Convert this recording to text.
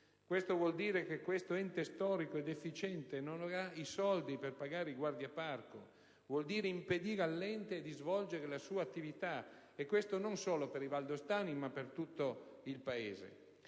7. Ciò vuol dire che questo ente storico ed efficiente non avrà i soldi per pagare i guardaparco; ciò vuol dire impedire a quell'ente di svolgere la sua attività, e questo assume rilevanza non solo per i valdostani, ma per tutto il Paese.